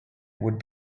would